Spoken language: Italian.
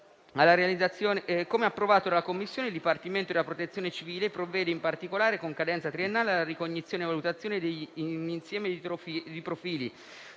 Come approvato dalla Commissione, il Dipartimento della protezione civile provvede in particolare, con cadenza triennale, alla ricognizione e valutazione di un insieme di profili